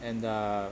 and uh